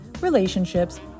relationships